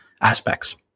aspects